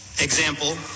example